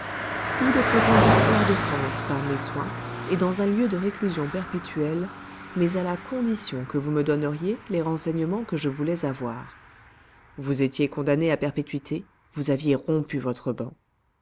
ou d'être conduit hors de france par mes soins et dans un lieu de réclusion perpétuelle mais à la condition que vous me donneriez les renseignements que je voulais avoir vous étiez condamné à perpétuité vous aviez rompu votre ban